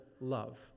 love